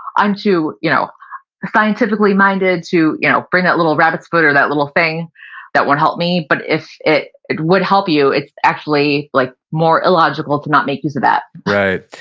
i'm too you know scientifically-minded to you know bring that little rabbit's foot or that little thing that would help me, but if it it would help you it's actually like more illogical to not make use of that right.